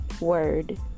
word